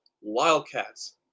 Wildcats